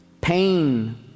pain